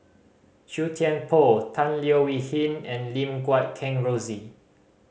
Chua Thian Poh Tan Leo Wee Hin and Lim Guat Kheng Rosie